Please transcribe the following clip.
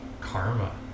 karma